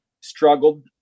struggled